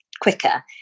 quicker